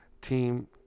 team